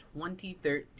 2013